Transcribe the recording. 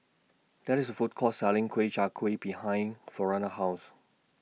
There IS A Food Court Selling Kueh Chai Kueh behind Frona's House